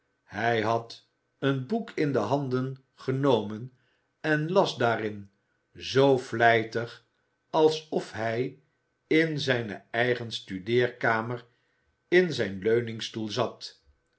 hij had een boek in de handen genomen en las daarin zoo vlijtig alsof hij in zijne eigen studeerj kamer in zijn leuningstoel zat